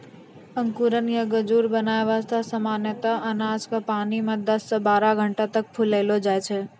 अंकुरण या गजूर बनाय वास्तॅ सामान्यतया अनाज क पानी मॅ दस सॅ बारह घंटा तक फुलैलो जाय छै